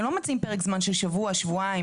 הם לא מציעים פרק זמן של שבוע או שבועיים,